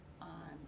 on